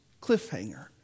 cliffhanger